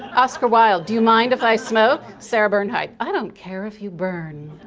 oscar wilde do you mind if i smoke? sarah bernhardt i don't care if you burn